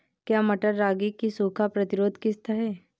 क्या मटर रागी की सूखा प्रतिरोध किश्त है?